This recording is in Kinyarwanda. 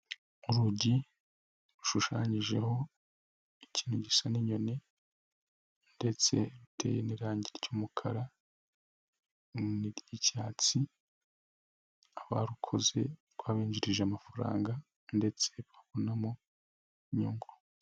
Urugi rushushanyijeho ikintu gisa n'inyoni ndetse ruteye n'irangi ry'umukara n'iry'icyatsi, abarukoze rwabinjirije amafaranga ndetse babonamo inyungu.